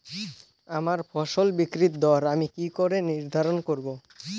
আমার ফসল বিক্রির দর আমি কি করে নির্ধারন করব?